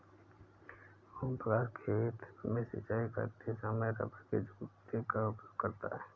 ओम प्रकाश खेत में सिंचाई करते समय रबड़ के जूते का उपयोग करता है